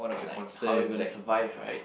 like how you going to survive right